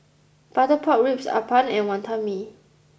Butter Pork Ribs Appam and Wonton Mee